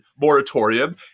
moratorium